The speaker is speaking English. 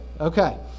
Okay